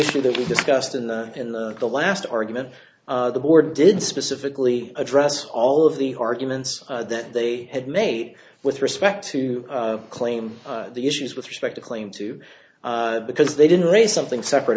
issue that we discussed in the in the last argument the board did specifically address all of the hard humans that they had made with respect to claim the issues with respect to claim to because they didn't raise something separate